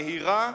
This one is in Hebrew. מהירה,